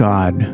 God